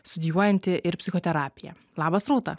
studijuojanti ir psichoterapiją labas rūta